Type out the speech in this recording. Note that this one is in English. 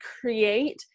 create